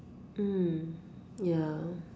mm ya